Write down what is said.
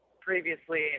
previously